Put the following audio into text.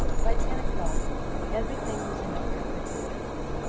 by ten o'clock everything was in order for patrons,